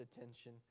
attention